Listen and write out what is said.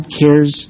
cares